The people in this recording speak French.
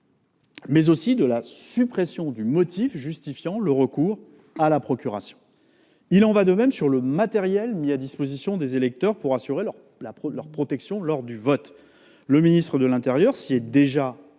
mais aussi de la suppression du motif justifiant le recours à la procuration. C'est également le cas des dispositions relatives au matériel mis à la disposition des électeurs pour assurer leur protection lors du vote. Le ministre de l'intérieur s'y est déjà